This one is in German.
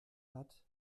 hat